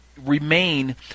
remain